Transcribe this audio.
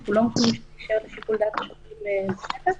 אנחנו לא יכולים להשאיר לשיקול דעת השוטרים לעשות את זה.